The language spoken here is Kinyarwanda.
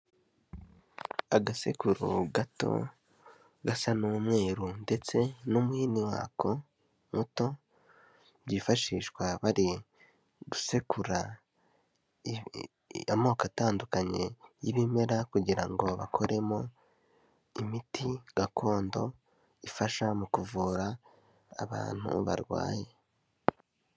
Agasekuru gato gasa n'umweru ndetse n'umuhini wako muto, byifashishwa bari gusekura amoko atandukanye y'ibimera kugira ngo bakoremo imiti gakondo ifasha mu kuvura abantu barwaye.